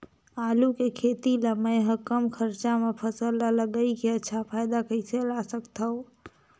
आलू के खेती ला मै ह कम खरचा मा फसल ला लगई के अच्छा फायदा कइसे ला सकथव?